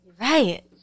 Right